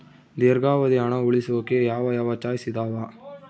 ದೇರ್ಘಾವಧಿ ಹಣ ಉಳಿಸೋಕೆ ಯಾವ ಯಾವ ಚಾಯ್ಸ್ ಇದಾವ?